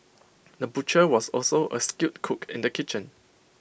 the butcher was also A skilled cook in the kitchen